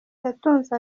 yatunze